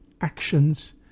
actions